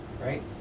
right